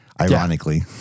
ironically